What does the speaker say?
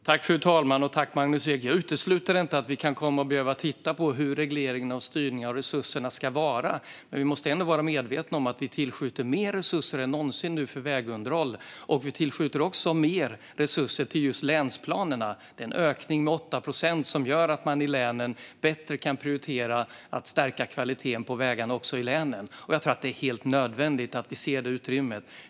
Fru talman! Jag utesluter inte att vi kan behöva titta på hur regleringen av styrningen av resurserna ska vara. Men vi måste vara medvetna om att vi nu tillskjuter mer resurser än någonsin för vägunderhåll. Vi tillskjuter också mer resurser till just länsplanerna. Det är en ökning med 8 procent, som gör att man i länen bättre kan prioritera att stärka kvaliteten på vägarna i länen. Jag tror att det är helt nödvändigt att vi ser det utrymmet.